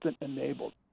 enabled